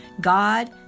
God